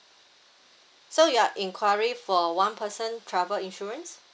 so you are inquiring for one person travel insurance